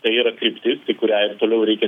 tai yra kryptis į kurią ir toliau reikia